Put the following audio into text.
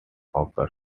occur